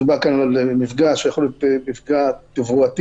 מדובר כאן על מפגע שיכול להיות מפגע תברואתי,